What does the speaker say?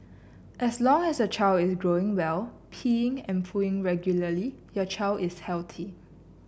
as long as your child is growing well peeing and pooing regularly your child is healthy